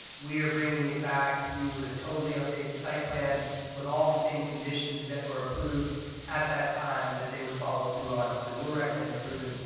we are bringing it back to you with a totally updated site plan with all the same conditions that were approved at that time that they would follow through on, so we're recommending approval,